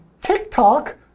TikTok